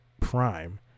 Prime